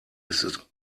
ist